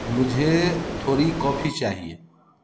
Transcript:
मुझे थोड़ी कॉफ़ी चाहिए